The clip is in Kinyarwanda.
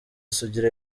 sugira